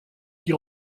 qui